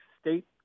state